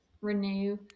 renew